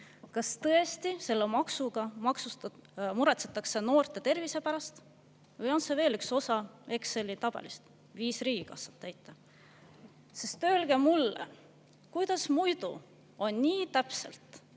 kas tõesti selle maksuga muretsetakse noorte tervise pärast või on see veel üks osa Exceli tabelist, viis riigikassat täita? Sest öelge mulle, kuidas muidu on nii täpselt